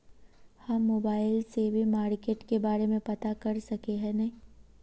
हम मोबाईल से भी मार्केट के बारे में पता कर सके है नय?